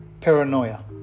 paranoia